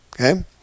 okay